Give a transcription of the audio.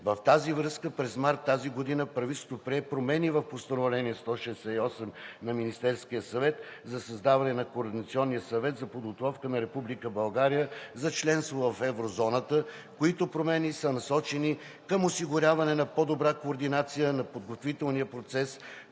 с това, през март тази година правителството прие промени в Постановление № 168 на Министерския съвет за създаване на Координационния съвет за подготовка на Република България за членство в еврозоната, които промени са насочени към осигуряване на по-добра координация на подготвителния процес,